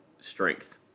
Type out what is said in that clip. strength